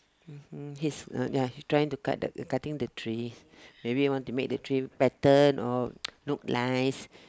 mmhmm he's uh ya he's trying to cut the cutting the tree maybe he want to make the tree better or look nice